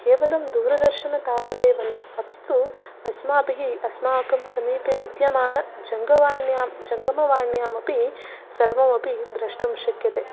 केवलं दूरदर्शन तावदेव न अपि तु अस्माभिः अस्माकं समीपे विद्यमानजङ्गवाण्यां जङ्गमवाण्यामपि सर्वमपि द्रष्टुं शक्यते